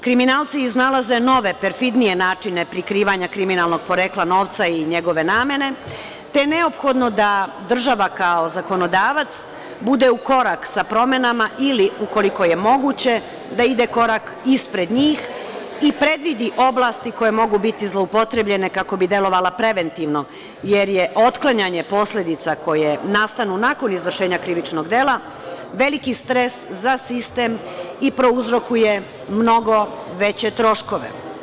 Kriminalci iznalaze nove, perfidnije načine, prikrivanja kriminalnog porekla novca i njegove namene, te je neophodno država, kao zakonodavac, bude u korak sa promenama ili ukoliko je moguće da ide korak ispred njih i predvidi oblasti koje mogu biti zloupotrebljene kako bi delovala preventivno, jer je otklanjanje posledica koje nastanu nakon izvršenja krivičnog dela veliki stres za sistem i prouzrokuje mnogo veće troškove.